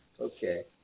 Okay